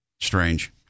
strange